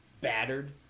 battered